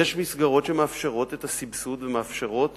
יש מסגרות שמאפשרות את הסבסוד ומאפשרות